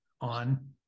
on